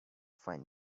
find